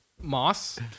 moss